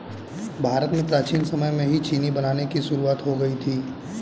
भारत में प्राचीन समय में ही चीनी बनाने की शुरुआत हो गयी थी